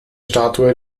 statue